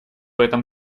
этом